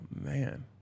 man